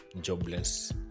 jobless